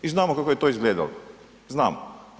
I znamo kako je to izgledalo, znamo.